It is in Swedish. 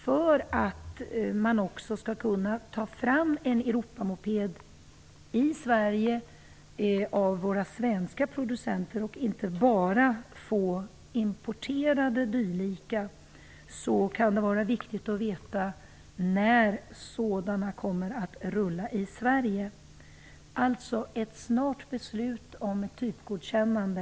Om man skall kunna ta fram en Europamoped i Sverige tillverkad av svenska producenter och inte bara få importerade dylika kan det vara viktigt att veta när den kommer att rulla i Sverige. Jag önskar alltså ett snart beslut om ett typgodkännande.